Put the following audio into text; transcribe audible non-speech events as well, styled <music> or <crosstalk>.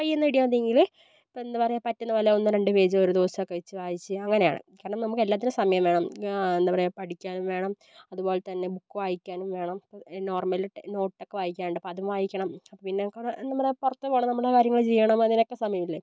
പയ്യേന്ന് <unintelligible> ഇപ്പം എന്താ പറയുക പറ്റുന്ന പോലെ ഒന്ന് രണ്ട് പേജ് ഒര് ദിവസമൊക്കെ വെച്ച് വായിച്ച് കഴിഞ്ഞാൽ അങ്ങനെയാണ് കാരണം നമുക്കെല്ലാറ്റിനും സമയം വേണം എന്താ പറയുക പഠിക്കാനും വേണം അതുപോലെ തന്നെ ബുക്ക് വായിക്കാനും വേണം ഇപ്പം നോർമൽ നോട്ടൊക്കെ വായിക്കാനുണ്ടാകും അപ്പം അതും വായിക്കണം അപ്പം പിന്നെ നമുക്കത് നമ്മുടെ പുറത്ത പോകണം നമ്മുടെ കാര്യങ്ങളൊക്കെ ചെയ്യണം അതിനൊക്കെ സമയമില്ലേ